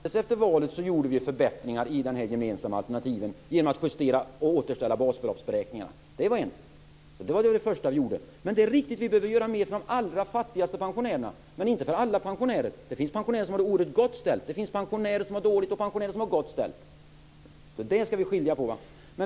Fru talman! Alldeles efter valet gjorde vi ju förbättringar i de gemensamma alternativen genom att justera och återställa vad gäller basbeloppsberäkningarna. Det är en sak, och det var det första vi gjorde. Det är dock riktigt att vi behöver göra mer för de allra fattigaste pensionärerna - men inte för alla pensionärer. Det finns ju pensionärer som har det oerhört gott ställt, liksom det finns pensionärer som har det dåligt ställt. Det ska vi skilja på.